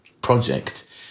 project